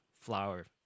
flower